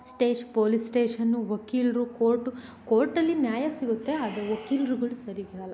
ಸ್ಟೇಷ್ police station ವಕೀಲರು court ಕೋರ್ಟಲ್ಲಿ ನ್ಯಾಯ ಸಿಗುತ್ತೆ ಆದರೆ ವಕೀಲರುಗಳು ಸರಿಗಿರೋಲ್ಲ